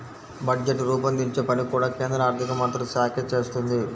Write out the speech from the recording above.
budget రూపొందించే పని కూడా కేంద్ర ఆర్ధికమంత్రిత్వ శాఖే చేస్తుంది